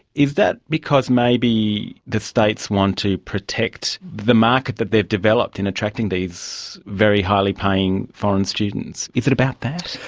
is that because maybe maybe the states want to protect the market that they've developed in attracting these very highly paying foreign students? is it about that?